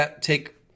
take